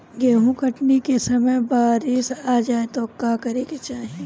गेहुँ कटनी के समय बारीस आ जाए तो का करे के चाही?